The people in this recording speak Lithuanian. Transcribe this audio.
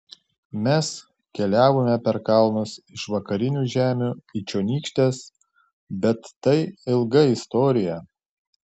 mes keliavome per kalnus iš vakarinių žemių į čionykštes bet tai ilga istorija